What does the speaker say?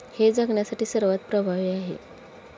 हे जगण्यासाठी सर्वात प्रभावी आहे